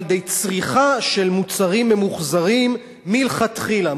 על-ידי צריכה של מצרכים ממוחזרים מלכתחילה,